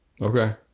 okay